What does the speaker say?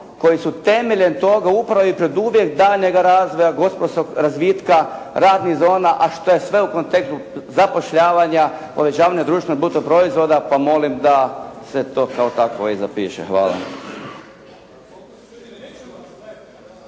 koji su temeljem toga upravo i preduvjet daljnjega razvoja gospodarskog razvitka, radnih zona, a što je sve u kontekstu zapošljavanja, povećavanja društvenog bruto proizvoda, pa molim da se to kao takvo i zapiše. Hvala.